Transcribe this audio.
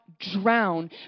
drown